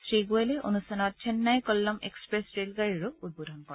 শ্ৰীগোৱেলে অনুষ্ঠানত চেন্নাই ক'ল্লম এক্সপ্ৰেছ ৰে'লগাড়ীৰো উদ্বোধন কৰে